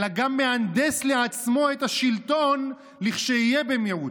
אלא גם מהנדס לעצמו את השלטון לכשיהיה במיעוט.